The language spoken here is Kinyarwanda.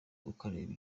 ukareba